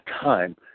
time